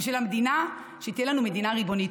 ובשביל המדינה, שתהיה לנו מדינה ריבונית.